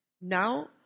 Now